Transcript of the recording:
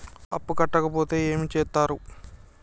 అప్పు కట్టకపోతే ఏమి చేత్తరు?